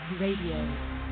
Radio